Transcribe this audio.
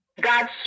god